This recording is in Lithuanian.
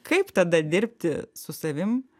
kaip tada dirbti su savim